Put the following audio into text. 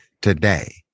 Today